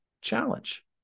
challenge